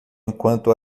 enquanto